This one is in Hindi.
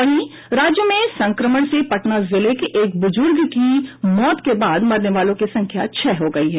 वहीं राज्य में संक्रमण से पटना जिले के एक बुजुर्ग की मौत के बाद मरने वालों की संख्या छह हो गयी है